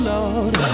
Lord